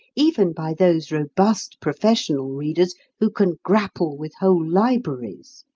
even by those robust professional readers who can grapple with whole libraries.